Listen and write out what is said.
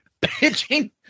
pitching